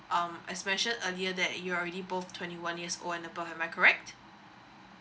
um as mentioned earlier that you are already both twenty one years old and above am I correct